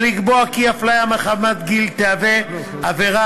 ולקבוע כי הפליה מחמת גיל תהווה עבירה